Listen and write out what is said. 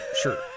Sure